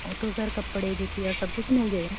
ਉੱਥੋਂ ਸਰ ਕੱਪੜੇ ਜੁੱਤੀਆਂ ਸਭ ਕੁਛ ਮਿਲ ਜਾਏਗਾ